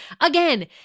Again